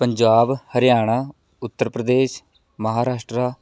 Punjab Haryana Uttar Pradesh Maharashtra